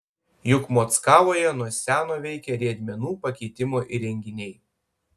juk mockavoje nuo seno veikia riedmenų pakeitimo įrenginiai